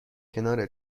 کنار